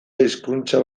hizkuntza